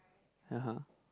(uh huh)